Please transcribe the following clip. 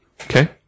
Okay